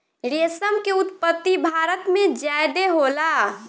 रेशम के उत्पत्ति भारत में ज्यादे होला